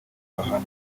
bahanwa